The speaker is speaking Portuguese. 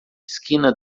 esquina